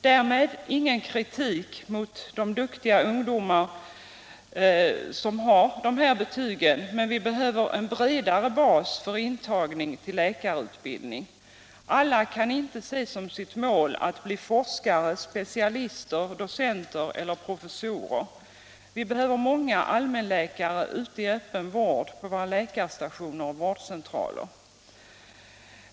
Därmed ingen kritik mot de duktiga ungdomar som har dessa betyg, men vi behöver en bredare bas för intagning till läkarutbildning. Alla kan inte se som sitt mål att bli forskare, specialister, docenter eller professorer. Vi behöver många allmänläkare ute i öppen vård på våra läkarstationer och vårdcentraler.